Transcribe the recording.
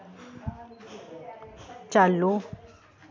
चालू